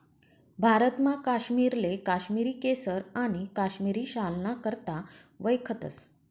भारतमा काश्मीरले काश्मिरी केसर आणि काश्मिरी शालना करता वयखतस